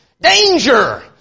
Danger